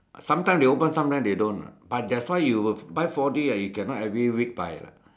sometime they open sometime they don't ah but that's why you buy four D ah you can not every week buy lah